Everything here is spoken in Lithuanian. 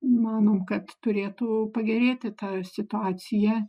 manom kad turėtų pagerėti ta situacija